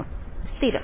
വിദ്യാർത്ഥി സ്ഥിരം